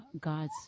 God's